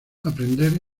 aprender